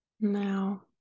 Now